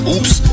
Oops